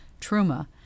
Truma